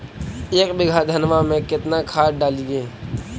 एक बीघा धन्मा में केतना खाद डालिए?